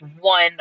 one